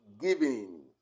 giving